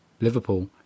Liverpool